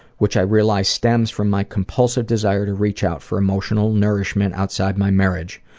which i realize stems from my compulsive desire to reach out for emotional nourishment outside my marriage.